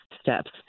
steps